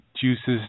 juices